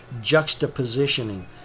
juxtapositioning